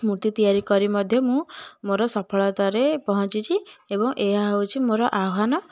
ମୂର୍ତ୍ତି ତିଆରି କରି ମଧ୍ୟ ମୁଁ ମୋର ସଫଳତାରେ ପହଞ୍ଚିଛି ଏବଂ ଏହା ହଉଛି ମୋର ଆହ୍ୱାନ